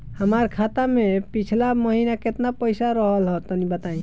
हमार खाता मे पिछला महीना केतना पईसा रहल ह तनि बताईं?